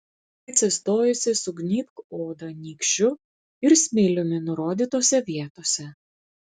atsistojusi sugnybk odą nykščiu ir smiliumi nurodytose vietose